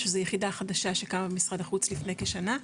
שזה יחידה חדשה שקמה במשרד החוץ לפני כשנה,